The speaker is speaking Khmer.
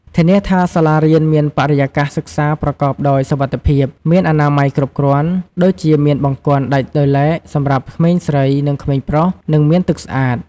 ធានាថាសាលារៀនមានបរិយាកាសសិក្សាប្រកបដោយសុវត្ថិភាព មានអនាម័យគ្រប់គ្រាន់ ដូចជាមានបង្គន់ដាច់ដោយឡែកសម្រាប់ក្មេងស្រី និងក្មេងប្រុស និងមានទឹកស្អាត។